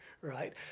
right